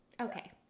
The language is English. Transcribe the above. okay